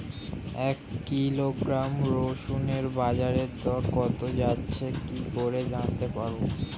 এক কিলোগ্রাম রসুনের বাজার দর কত যাচ্ছে কি করে জানতে পারবো?